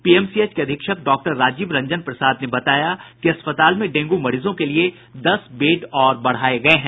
PMCH के अधीक्षक doctor Rajiv Ranjan Prasad ने बताया कि अस्पताल में डेंगू मरीजों के लिए दस बेड और बढ़ाये गये हैं